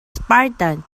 spartan